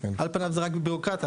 על פניו זה רק בירוקרטיה,